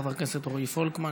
חבר הכנסת רועי פולקמן.